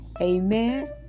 Amen